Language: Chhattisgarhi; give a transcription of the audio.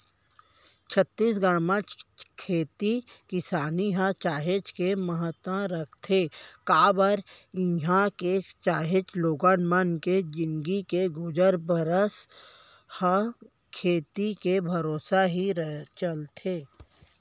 छत्तीसगढ़ म खेती किसानी ह काहेच के महत्ता रखथे काबर के इहां के काहेच लोगन मन के जिनगी के गुजर बसर ह खेती के भरोसा ही चलथे